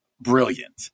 brilliant